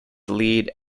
lead